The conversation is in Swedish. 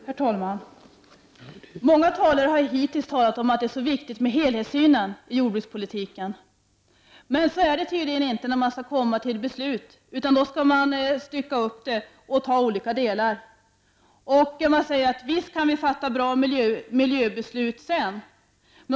Fru talman! Många talare har talat om att det är viktigt med helhetssynen i jordbrukspolitiken, men så är det tydligen inte när man går till beslut — då kan man stycka upp det i olika delar. Man säger: Visst kan vi fatta bra miljöbeslut sedan.